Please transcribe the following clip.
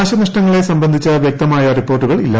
നാശനഷ്ടങ്ങളെ സംബന്ധിച്ച വ്യക്തമായ റിപ്പോർട്ടുകളില്ല